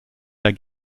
der